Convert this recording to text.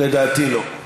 לדעתי לא.